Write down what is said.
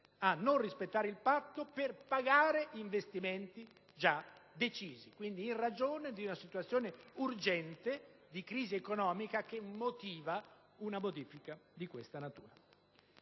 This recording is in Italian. a non rispettare il Patto per pagare investimenti già decisi. Vi è una situazione urgente di crisi economica che motiva un provvedimento di questa natura.